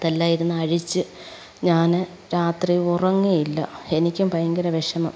അതെല്ലാം ഇരുന്നു അഴിച്ച് ഞാൻ രാത്രി ഉറങ്ങിയില്ല എനിക്കും ഭയങ്കര വിഷമം